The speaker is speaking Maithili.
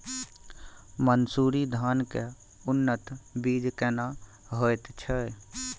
मन्सूरी धान के उन्नत बीज केना होयत छै?